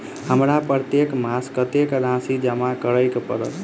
हमरा प्रत्येक मास कत्तेक राशि जमा करऽ पड़त?